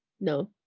No